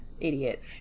idiot